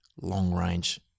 long-range